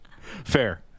Fair